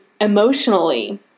Emotionally